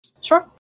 Sure